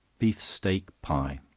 beef steak pie.